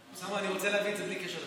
אוסאמה, אני רוצה להגיד שזה בלי קשר לתקציב.